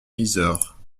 yzeure